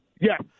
Yes